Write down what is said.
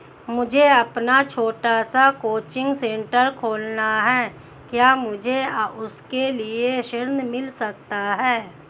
मुझे अपना छोटा सा कोचिंग सेंटर खोलना है क्या मुझे उसके लिए ऋण मिल सकता है?